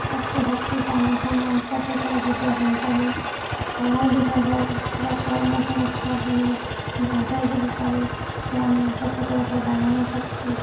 তাতকৈ শক্তি পাওঁ মাক বাপেকৰ যেতিয়া সন্তানে ডাঙৰ দীঘল হয় এটা কৰ্ম সংস্থাপনত আগুৱাই যাব পাৰে সেয়া মাক বাপেকৰ এটা ডাঙৰ শক্তি